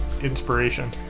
Inspiration